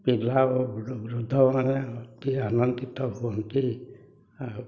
ପିଲା ଓ ବୃଦ୍ଧମାନେ ଅତି ଆନନ୍ଦିତ ହୁଅନ୍ତି ଆଉ